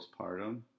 postpartum